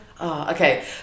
Okay